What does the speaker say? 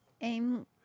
Aim